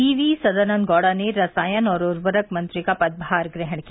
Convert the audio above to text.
D V Sadananda Gowda ने रसायन और उर्वरक मंत्री का पदभार ग्रहण किया